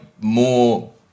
more